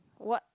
what